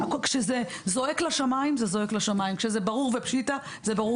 כשזה זועק לשמיים זה זועק לשמיים; כשזה ברור ופְּשִׁיטָא זה ברור